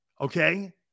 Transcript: okay